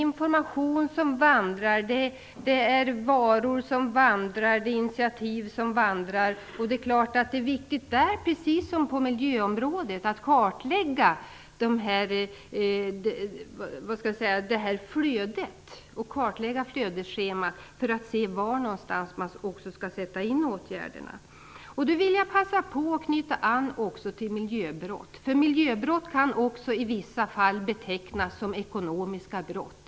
Information, varor och initiativ vandrar runt, och det är i det sammanhanget liksom på miljöområdet viktigt att kartlägga flödena för att se var man skall sätta in åtgärderna. Miljöbrott kan i vissa fall betecknas också som ekonomiska brott.